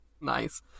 Nice